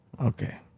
Okay